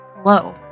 Hello